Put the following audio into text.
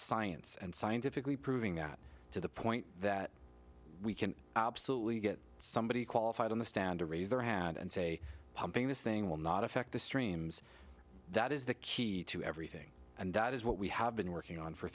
science and scientifically proving that to the point that we can absolutely get somebody qualified on the stand to raise their hand and say pumping this thing will not affect the streams that is the key to everything and that is what we have been working on for